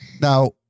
Now